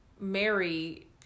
marry